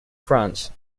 france